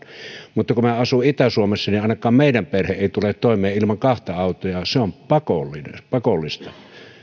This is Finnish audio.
mutta kun minä asun itä suomessa niin ainakaan meidän perhe ei tule toimeen ilman kahta autoa ja se on pakollista pakollista